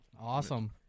Awesome